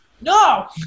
No